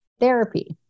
therapy